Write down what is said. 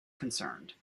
concerned